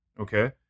Okay